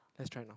let's try now